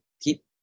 keep